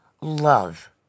Love